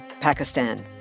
Pakistan